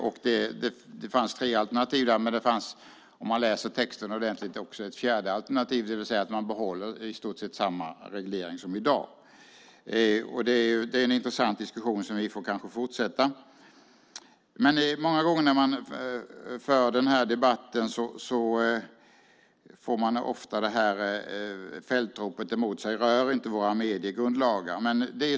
Det fanns tre alternativ, men om man läser texten ordentligt ser man att det även fanns ett fjärde alternativ, nämligen att man behåller i stort sett samma reglering som i dag. Det är en intressant diskussion som vi kanske får fortsätta. När man för den här debatten möts man ofta av fältropet: Rör inte våra mediegrundlagar!